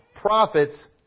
profits